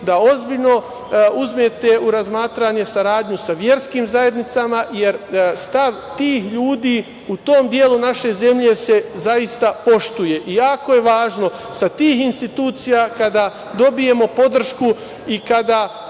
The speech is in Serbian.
da ozbiljno uzmete u razmatranje saradnju sa verskim zajednicama, jer stav tih ljudi u tom delu naše zemlje se poštuje. Jako je važno sa tih institucija kada dobijemo podršku i kada